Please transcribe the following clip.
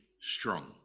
strong